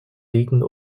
liegen